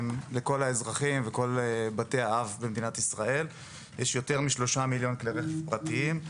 לאזרחים ולבתי האב במדינת ישראל יש יותר משלושה מיליון כלי רכב פרטיים.